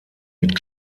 mit